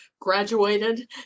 graduated